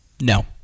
No